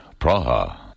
Praha